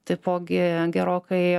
taipogi gerokai